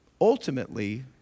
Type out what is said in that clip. Ultimately